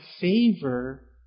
favor